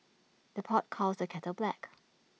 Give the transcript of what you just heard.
the pot calls the kettle black